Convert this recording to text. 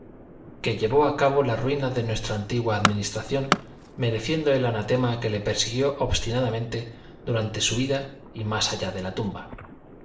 que llevó a cabo la ruina de nuestra antigua administración mereciendo el anatema que le persiguió obstinadamente durante su vida y más allá de la tumba